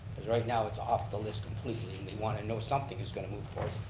cause right now it's off the list completely, and they want to know something is going to move forward.